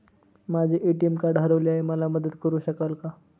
माझे ATM card हरवले आहे, मला मदत करु शकाल का?